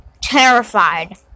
terrified